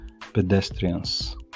pedestrians